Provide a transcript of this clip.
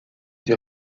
des